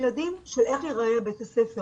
זכויות הילד הוא חלק מהיום-יום שלנו.